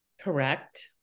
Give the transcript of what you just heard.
Correct